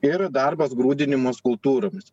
ir darbas grūdinimas kultūromis